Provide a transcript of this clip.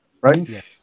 right